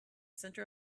center